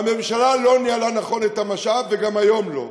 והממשלה לא ניהלה נכון את המשאב, וגם היום לא.